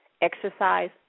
exercise